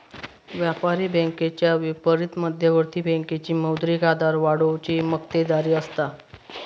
व्यापारी बँकेच्या विपरीत मध्यवर्ती बँकेची मौद्रिक आधार वाढवुची मक्तेदारी असता